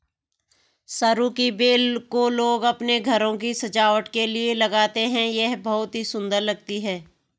सरू की बेल को लोग अपने घरों की सजावट के लिए लगाते हैं यह बहुत ही सुंदर लगती है